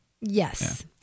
Yes